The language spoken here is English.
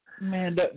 Man